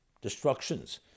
destructions